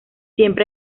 siempre